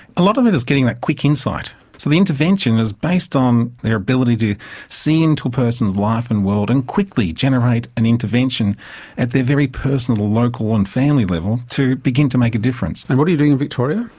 a lot of it is getting that quick insight. so the intervention is based on their ability to see into a person's life and world and quickly generate an intervention at their very personal, local and family level to begin to make a difference. and what are you doing in victoria?